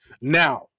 now